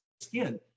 skin